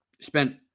spent